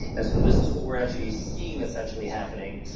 and so this is what we're actually seeing that's actually happening.